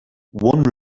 one